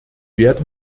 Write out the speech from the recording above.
werde